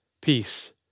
Peace